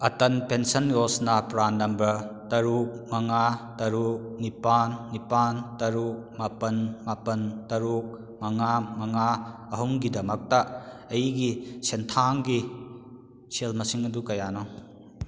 Atal pension Yojana PRAN number ꯇꯔꯨꯛ ꯃꯉꯥ ꯇꯔꯨꯛ ꯅꯤꯄꯥꯟ ꯅꯤꯄꯥꯟ ꯇꯔꯨꯛ ꯃꯥꯄꯟ ꯃꯥꯄꯟ ꯇꯔꯨꯛ ꯃꯉꯥ ꯃꯉꯥ ꯑꯍꯨꯝꯒꯤꯗꯃꯛꯇ ꯑꯩꯒꯤ ꯁꯦꯟꯊꯥꯡꯒꯤ ꯁꯦꯜ ꯃꯁꯤꯡ ꯑꯗꯨ ꯀꯌꯥꯅꯣ